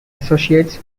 associates